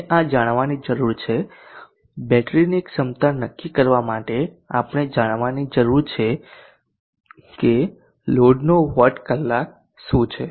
અમને આ જાણવાની જરૂર છે બેટરીની ક્ષમતા નક્કી કરવા માટે આપણે જાણવાની જરૂર છે કે લોડનો વોટ કલાક શું છે